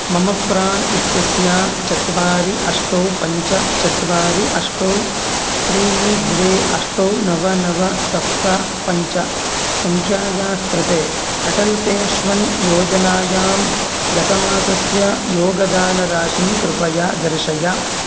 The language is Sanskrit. मम प्राण् इत्यस्य चत्वारि अष्टौ पञ्च चत्वारि अष्टौ त्रीणि द्वे अष्टौ नव नव सप्त पञ्च सङ्ख्यायाः कृते अटल् पेन्शन् योजनायां गतमासस्य योगदानराशिं कृपया दर्शय